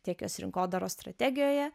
tiek jos rinkodaros strategijoje